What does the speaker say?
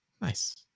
Nice